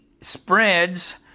spreads